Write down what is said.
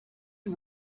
you